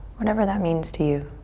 whatever that means to you.